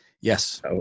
Yes